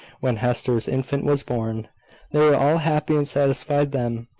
when hester's infant was born. they were all happy and satisfied then,